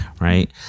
Right